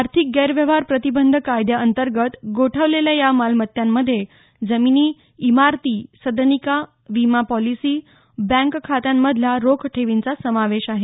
आर्थिक गैरव्यवहार प्रतिबंध कायद्याअंतर्गत गोठवलेल्या या मालमत्तांमध्ये जमिनी इमारती सदनिका विमा पॉलिसी बँक खात्यांमधल्या रोख ठेवींचा समावेश आहे